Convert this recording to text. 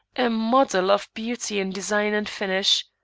a model of beauty in design and finish.